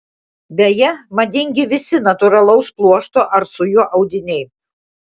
beje madingi visi natūralaus pluošto ar su juo audiniai